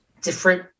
different